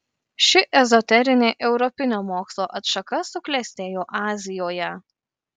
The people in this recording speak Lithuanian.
ši ezoterinė europinio mokslo atšaka suklestėjo azijoje